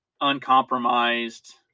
uncompromised